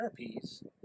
therapies